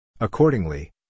Accordingly